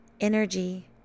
energy